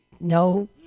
No